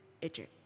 Egypt